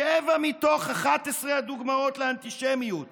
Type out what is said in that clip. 7 מתוך 11 הדוגמאות לאנטישמיות